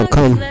Come